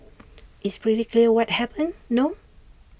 it's pretty clear what happened no